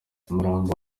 umurambo